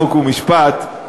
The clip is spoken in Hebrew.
חוק ומשפט,